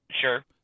Sure